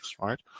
right